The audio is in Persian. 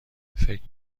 فکر